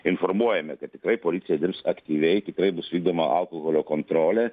informuojame kad tikrai policija dirbs aktyviai tikrai bus vykdoma alkoholio kontrolė